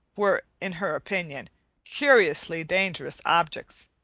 were in her opinion curiously dangerous objects.